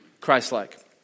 Christ-like